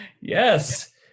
Yes